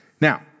Now